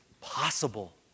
possible